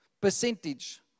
percentage